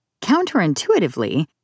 Counterintuitively